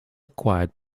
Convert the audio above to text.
acquired